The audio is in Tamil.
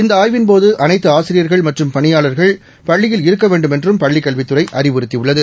இந்த ஆய்வின்போது அனைத்து ஆசிரியர்கள் மற்றும் பணியாளர்கள் பள்ளியில் இருக்க வேண்டுமென்றும் பள்ளிக் கல்வித்துறை அறிவுறுத்தியுள்ளது